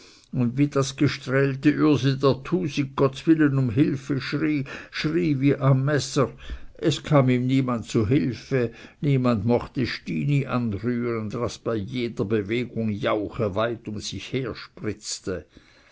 und wie das gestrählte ürsi der tusig gottswillen um hülfe schrie schrie wie am messer es kam ihm niemand zu hülfe niemand mochte stini anrühren das bei jeder bewegung jauche weit um sich her spritzte